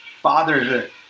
fatherhood